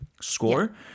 score